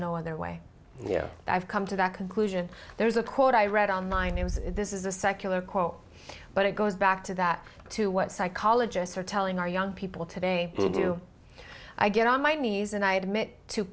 no other way you know i've come to that conclusion there's a quote i read online it was this is a secular quote but it goes back to that to what psychologists are telling our young people today do i get on my knees and i admit to